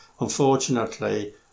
Unfortunately